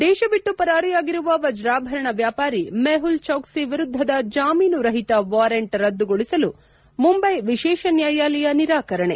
ದೇಶ ಬಿಟ್ಟು ಪರಾರಿಯಾಗಿರುವ ವಜ್ರಾಭರಣ ವ್ಯಾಪಾರಿ ಮೆಹುಲ್ ಛೌಕ್ಲಿ ವಿರುದ್ದದ ಜಾಮೀನು ರಹಿತ ವಾರೆಂಟು ರದ್ದುಗೊಳಿಸಲು ಮುಂಬೈ ವಿಶೇಷ ನ್ವಾಯಾಲಯ ನಿರಕರಣೆ